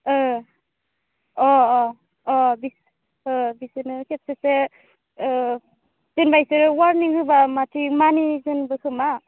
अ अ अ बिसोरनो खेबसेसे जेनोबा इसोरो अवारनिं होब्ला माथो मानिगोनबो खोमा